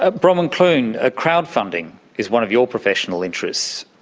ah bronwen clune, ah crowd-funding is one of your professional interests.